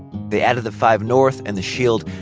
they added the five north and the shield,